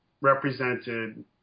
represented